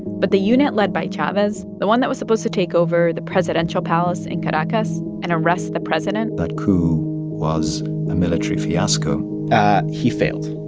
but the unit led by chavez the one that was supposed to take over the presidential palace in caracas and arrest the president. that coup was a military fiasco he failed.